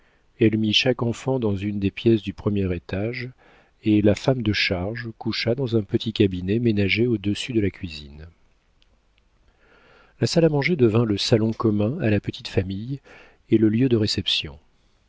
elle mit chaque enfant dans une des pièces du premier étage et la femme de charge coucha dans un petit cabinet ménagé au-dessus de la cuisine la salle à manger devint le salon commun à la petite famille et le lieu de réception